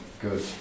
good